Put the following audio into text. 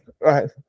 right